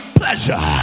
pleasure